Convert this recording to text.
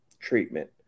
treatment